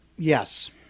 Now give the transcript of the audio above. Yes